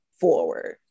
forward